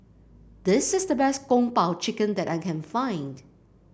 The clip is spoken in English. this is the best Kung Po Chicken that I can find